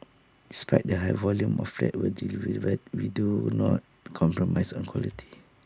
despite the high volume of flats we we do not compromise on quality